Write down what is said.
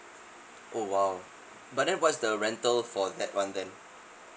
oh !wow! but then what is the rental for that one then